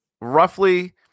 roughly